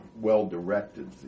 well-directed